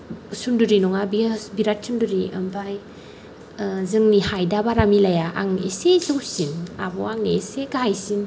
सुन्दुरि नङा बियो बिराद सुन्दुरि ओमफ्राय जोंनि हाइत आ बारा मिलाया आं इसे जौसिन आब'वा आंनि इसे गाहायसिन